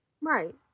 Right